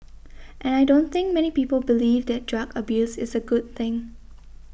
and I don't think many people believe that drug abuse is a good thing